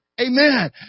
Amen